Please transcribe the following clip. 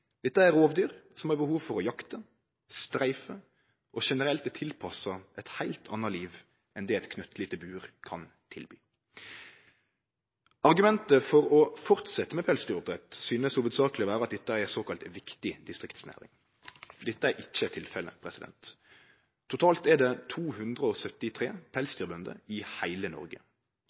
Dette er rovdyr som har behov for å jakte og streife og generelt er tilpassa eit heilt anna liv enn det eit knøttlite bur kan tilby. Argumentet for å fortsetje med pelsdyroppdrett synest hovudsakleg å vere at dette er ei såkalla viktig distriktsnæring. Det er ikkje tilfellet. Totalt er det 273 pelsdyrbønder i heile Noreg.